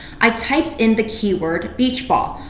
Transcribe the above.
i typed in the keyword beach ball.